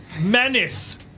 menace